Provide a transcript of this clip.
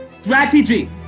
strategy